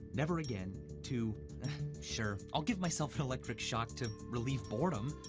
never again, to sure, i'll give myself an electric shock to relieve boredom.